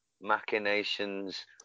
machinations